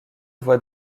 voit